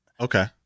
Okay